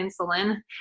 insulin